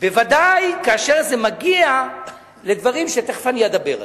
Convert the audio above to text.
בוודאי כאשר זה מגיע לדברים שתיכף אדבר עליהם.